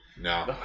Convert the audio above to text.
No